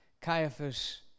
Caiaphas